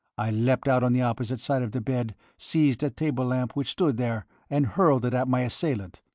i leapt out on the opposite side of the bed, seized a table-lamp which stood there, and hurled it at my assailant.